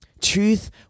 Truth